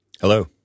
Hello